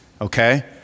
okay